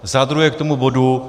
Za druhé k tomu bodu.